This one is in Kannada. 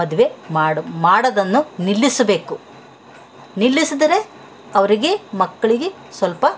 ಮದುವೆ ಮಾಡ್ ಮಾಡೋದನ್ನು ನಿಲ್ಲಿಸಬೇಕು ನಿಲ್ಲಿಸಿದ್ರೆ ಅವ್ರಿಗೆ ಮಕ್ಳಿಗೆ ಸ್ವಲ್ಪ